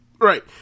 Right